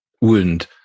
wound